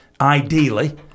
ideally